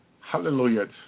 hallelujah